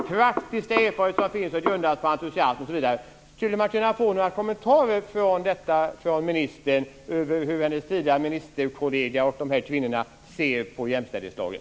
- Praktiska erfarenheter som finns och som grundats på entusiasm ..." osv. Skulle man kunna få några kommentarer från ministern till hur hennes tidigare ministerkollega och de här kvinnorna ser på jämställdhetslagen?